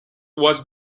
was